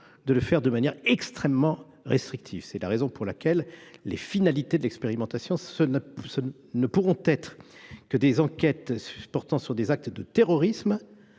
de le faire de manière extrêmement restrictive. C'est la raison pour laquelle les finalités de l'expérimentation ne pourront être que des enquêtes portant sur des actes de terrorisme,